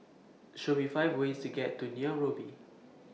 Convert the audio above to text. Show Me five ways to get to Nairobi